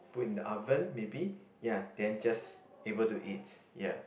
put in the oven maybe ya then just able to eat ya